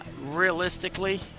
Realistically